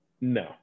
No